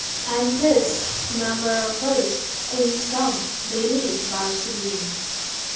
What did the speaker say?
एन्थेस Niagara Falls Queenstown Bali Barcelona